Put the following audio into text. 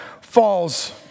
falls